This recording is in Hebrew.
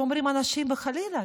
אנשים היו אומרים: חלילה,